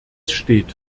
steht